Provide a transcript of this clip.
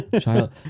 child